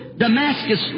Damascus